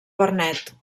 vernet